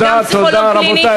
וגם פסיכולוג קליני,